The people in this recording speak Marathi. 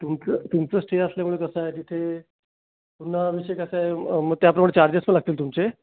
तुमचं तुमचं स्टे असल्यामुळे कसं आहे तिथे पुन्हा विषय कसा आहे म मग त्याप्रमाणे चार्जेस पण लागतील तुमचे